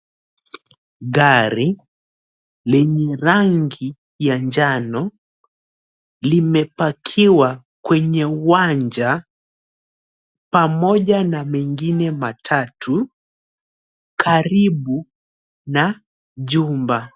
Gari lenye rangi ya njano limepakiwa kwenye uwanja pamoja na mengine matatu karibu na jumba.